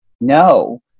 no